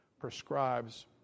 prescribes